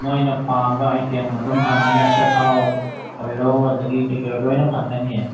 ꯅꯣꯏꯅ ꯄꯥꯝꯕ ꯑꯥꯏꯇꯦꯝ ꯑꯗꯨꯝ ꯐꯪꯒꯅꯤ ꯑꯆꯥ ꯊꯥꯎ ꯑꯣꯏꯔꯣ ꯑꯗꯒꯤ ꯀꯔꯤ ꯀꯔꯤ ꯑꯣꯏꯔꯣ ꯂꯣꯏꯅ ꯐꯪꯒꯅꯤ